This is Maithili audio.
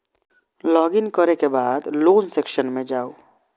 लॉग इन करै के बाद लोन सेक्शन मे जाउ